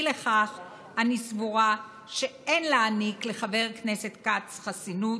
אי לכך אני סבורה שאין להעניק לחבר הכנסת כץ חסינות.